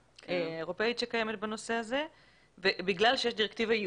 האירופאית שקיימת בנושא הזה בגלל שיש דירקטיבה